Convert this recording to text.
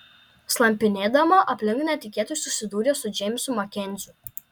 slampinėdama aplink netikėtai susidūrė su džeimsu makenziu